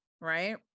right